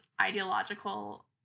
ideological